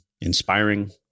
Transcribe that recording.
inspiring